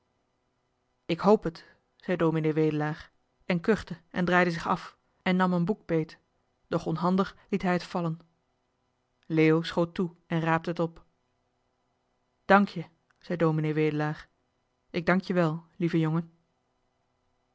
ik hoop het zei ds wedelaar en kuchte en johan de meester de zonde in het deftige dorp draaide zich af en nam een boek beet doch onhandig liet hij het vallen leo schoot toe en raapte het op dank je zei ds wedelaar ik dank je wel lieve jongen